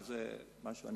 אבל זה משהו אחר,